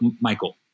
michael